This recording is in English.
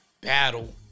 battle